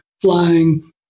flying